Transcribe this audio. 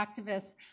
activists